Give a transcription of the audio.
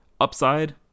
upside